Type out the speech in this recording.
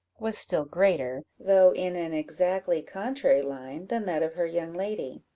was still greater, though in an exactly contrary line, than that of her young lady.